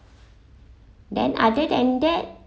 then other than that